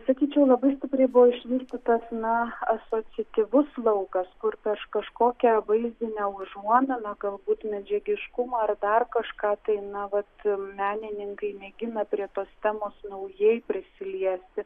sakyčiau labai stipriai buvo išvystytas na asociatyvus laukas kur per kažkokia vaizdine užuomina galbūt medžiagiškumą ar dar kažką tai na vat menininkai mėgina prie tos temos naujai prisiliesti